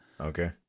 Okay